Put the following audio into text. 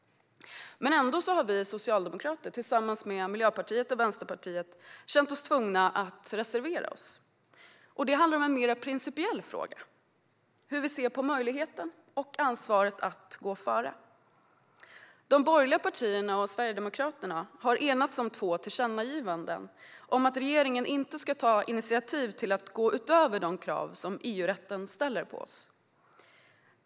Ändå har vi socialdemokrater tillsammans med Miljöpartiet och Vänsterpartiet känt oss tvungna att reservera oss. Det handlar om en mer principiell fråga: hur vi ser på möjligheten och ansvaret att gå före. De borgerliga partierna och Sverigedemokraterna har enats om två tillkännagivanden om att regeringen inte ska ta initiativ till att gå utöver de krav som EU-rätten ställer på oss.